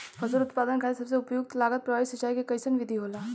फसल उत्पादन खातिर सबसे उपयुक्त लागत प्रभावी सिंचाई के कइसन विधि होला?